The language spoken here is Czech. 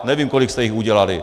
Nevím, kolik jste jich udělali.